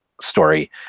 story